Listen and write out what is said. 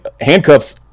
handcuffs